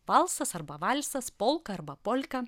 valsas arba valsas polka arba polka